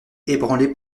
ébranlé